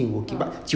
ah